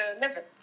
level